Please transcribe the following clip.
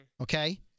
Okay